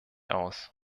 aus